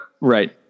right